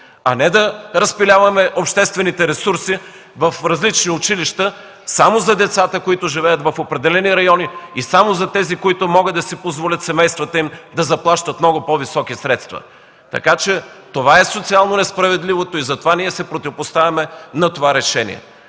а не да разпиляваме обществените ресурси в различни училища само за децата, които живеят в определени райони и само за тези, на които семействата им могат да си позволят да заплащат много по-високи средства. Това е социално несправедливото и затова ние се противопоставяме на това решение.